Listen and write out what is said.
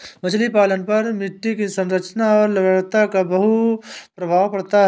मछली पालन पर मिट्टी की संरचना और लवणता का बहुत प्रभाव पड़ता है